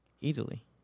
easily